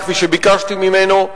כפי שביקשתי ממנו.